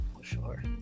Sure